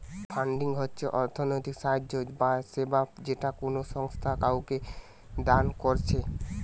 funding হচ্ছে অর্থনৈতিক সাহায্য বা সেবা যেটা কোনো সংস্থা কাওকে দান কোরছে